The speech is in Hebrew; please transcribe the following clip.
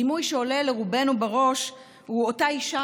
הדימוי שעולה לרובנו בראש הוא אותה אישה